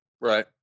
Right